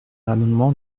l’amendement